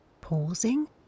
pausing